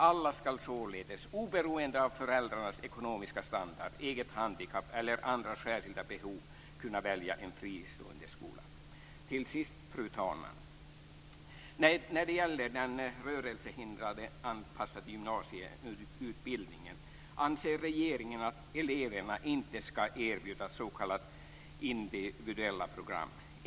Alla ska således, oberoende av föräldrarnas ekonomiska standard, eget handikapp eller andra särskilda behov, kunna välja en fristående skola. Fru talman! Till sist: När det gäller den rörelsehindradeanpassade gymnasieutbildningen anser regeringen att eleverna inte ska erbjudas s.k. individuella program.